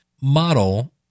model